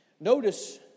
Notice